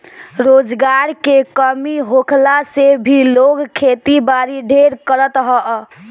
रोजगार के कमी होखला से भी लोग खेती बारी ढेर करत हअ